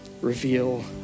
Reveal